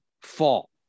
fall